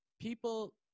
people